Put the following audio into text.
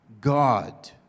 God